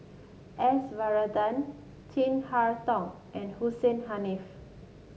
S Varathan Chin Harn Tong and Hussein Haniff